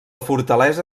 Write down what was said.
fortalesa